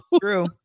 true